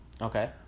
Okay